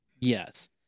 Yes